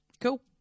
Cool